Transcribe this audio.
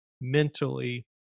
mentally